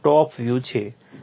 આ top view છે